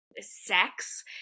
sex